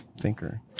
thinker